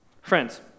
Friends